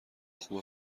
خوبه